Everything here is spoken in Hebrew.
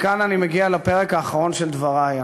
וכאן אני מגיע לפרק האחרון של דברי.